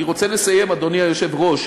אני רוצה לסיים, אדוני היושב-ראש.